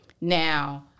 Now